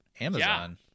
amazon